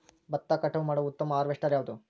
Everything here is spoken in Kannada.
ಭತ್ತ ಕಟಾವು ಮಾಡುವ ಉತ್ತಮ ಹಾರ್ವೇಸ್ಟರ್ ಯಾವುದು?